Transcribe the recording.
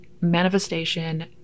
manifestation